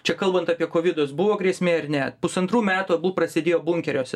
čia kalbant apie kovidus buvo grėsmė ar ne pusantrų metų abu prasėdėjo bunkeriuose